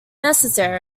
necessary